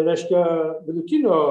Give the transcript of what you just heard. reiškia vidutinio